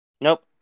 Nope